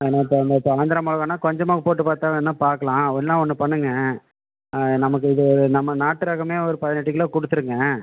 ஏன்னா இப்போ இந்த இப்போ ஆந்திரா மிளகானா கொஞ்சமா போட்டு பார்த்தா வேணுனா பார்க்கலாம் வேணுனா ஒன்று பண்ணுங்கள் நமக்கு இது நம்ம நாட்டு ரகமே ஒரு பதினெட்டு கிலோ கொடுத்துருங்க